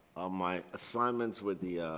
my assignments with the